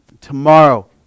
Tomorrow